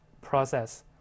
process